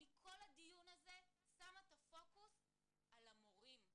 כל הדיון הזה אני שמה את הפוקוס על המורים,